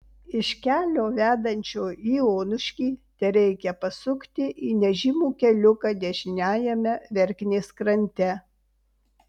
iš kelio vedančio į onuškį tereikia pasukti į nežymų keliuką dešiniajame verknės krante